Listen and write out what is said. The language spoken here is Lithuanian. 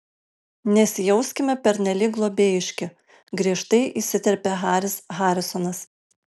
nesijauskime pernelyg globėjiški griežtai įsiterpė haris harisonas